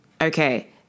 okay